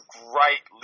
great